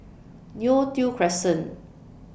Neo Tiew Crescent